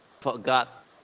forgot